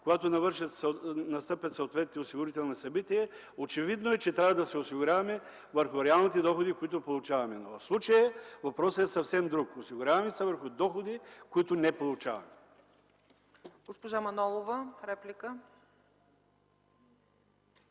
госпожо председател, очевидно е, че трябва да се осигуряваме върху реалните доходи, които получаваме. Но в случая въпросът е съвсем друг – осигуряваме се върху доходи, които не получаваме.